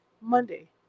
Monday